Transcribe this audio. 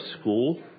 school